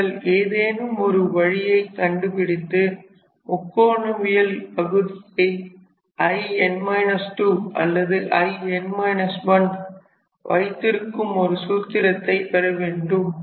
நீங்கள் ஏதேனும் ஒரு வழியை கண்டுபிடித்து முக்கோணவியல் பகுதியை In 2 அல்லது In 1 வைத்திருக்கும் ஒரு சூத்திரத்தை பெறவேண்டும்